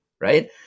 right